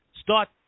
start